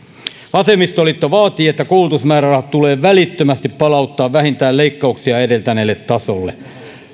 vasemmistoliitto vaatii että koulutusmäärärahat tulee välittömästi palauttaa vähintään leikkauksia edeltäneelle tasolle